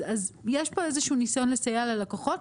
יש פה איזשהו ניסיון לסייע ללקוחות.